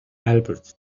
albert